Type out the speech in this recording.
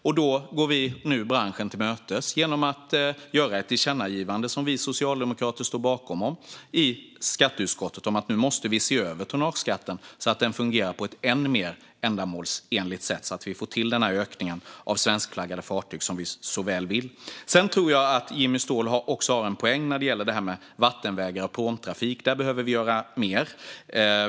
Nu går vi branschen till mötes genom att i skatteutskottet föreslå ett tillkännagivande, som vi socialdemokrater står bakom, om att se över tonnageskatten så att den fungerar på ett än mer ändamålsenligt sätt och så att vi får till den ökning av svenskflaggade fartyg som vi önskar. Jag tror också att Jimmy Ståhl har en poäng när det gäller vattenvägar och pråmtrafik. Där behöver vi göra mer.